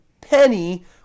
penny